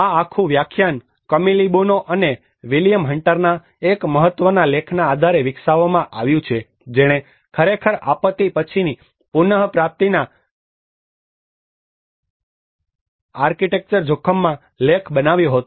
આ આખું વ્યાખ્યાન કમિલો બોનો અને વિલિયમ હન્ટરના એક મહત્વના લેખના આધારે વિકસાવવામાં આવ્યું છે જેણે ખરેખર આપત્તિ પછીની પુનપ્રાપ્તિના સંદિગ્ધ સ્વરૂપ આર્કીટેક્ચર જોખમમાં લેખ બનાવ્યો હતો